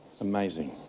amazing